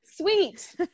Sweet